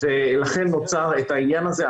ולכן נוצר את העניין הזה.